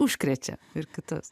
užkrečia ir kitus